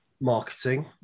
marketing